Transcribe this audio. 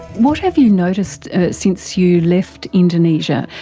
what have you noticed since you left indonesia?